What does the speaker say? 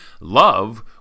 love